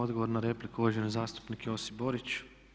Odgovor na repliku uvaženi zastupnik Josip Borić.